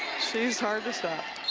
she's hard to stop